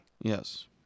Yes